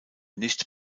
nicht